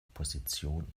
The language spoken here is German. opposition